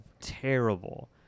terrible